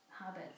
habits